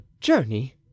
journey